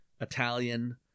italian